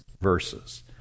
verses